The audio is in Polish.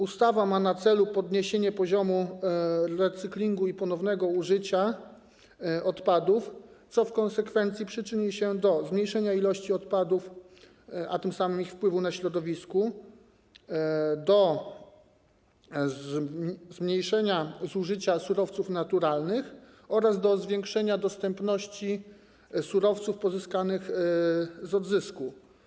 Ustawa ma na celu podniesienie poziomu recyklingu i ponownego użycia odpadów, co w konsekwencji przyczyni się do zmniejszenia ilości odpadów, a tym samym ich wpływu na środowisko, do zmniejszenia zużycia surowców naturalnych oraz do zwiększenia dostępności surowców pozyskanych z odzysku.